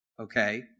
okay